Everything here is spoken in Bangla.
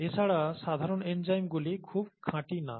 তাছাড়া সাধারণ এনজাইমগুলি খুব খাঁটি না